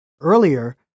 Earlier